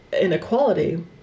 inequality